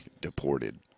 deported